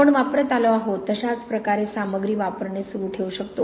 आपण वापरत आलो आहोत तशाच प्रकारे सामग्री वापरणे सुरू ठेवू शकतो